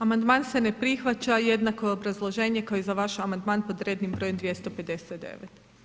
Amandman se ne prihvaća, jednako je obrazloženje kao i za vaš amandman pod rednim brojem 259.